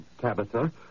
Tabitha